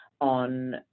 on